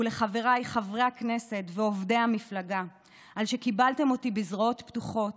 ולחבריי חברי הכנסת ועובדי המפלגה על שקיבלתם אותי בזרועות פתוחות